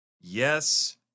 Yes